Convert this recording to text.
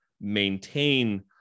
maintain